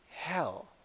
hell